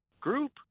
group